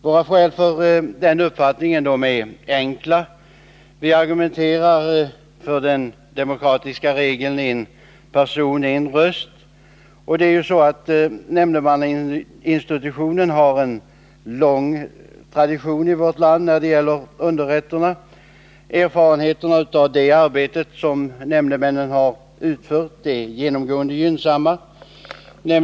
Våra skäl för den uppfattningen är enkla. Vi argumenterar för den demokratiska regel en person — en röst. Nämndemannainstitutionen har en lång tradition i vårt land när det gäller underrätterna. Erfarenheterna av det arbete som nämndemännen utför är genomgående gynnsamma.